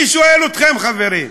אני שואל אתכם, חברים,